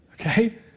Okay